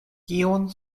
kion